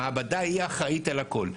המעבדה היא האחראית על הכול.